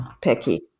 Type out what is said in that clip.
picky